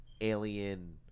alien